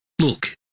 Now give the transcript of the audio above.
look